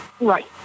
Right